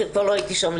כשכבר לא הייתי שם,